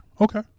Okay